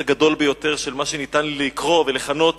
הגדול ביותר של מה שניתן לקרוא ולכנות